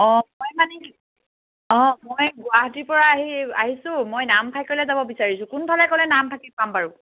অঁ মই মানে কি অঁ মই গুৱাহাটীৰপৰা আহি আহিছোঁ মই নামফাকে লৈ যাব বিচাৰিছোঁ কোনফালে গ'লে নাম থাকি পাম বাৰু